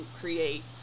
create